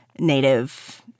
Native